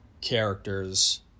characters